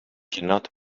cannot